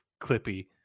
Clippy